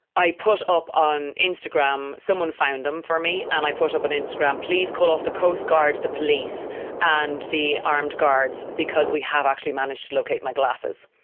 i put up on instagram, someone found them for me and i put up an instagram, please call off the coast guard, the police and the armed guards, because we have actually managed to locate my glasses.